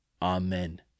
Amen